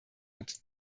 hat